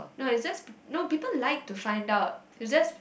no it just no people like to find out it just